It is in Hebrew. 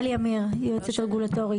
שנה לא מספיק